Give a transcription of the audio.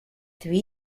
three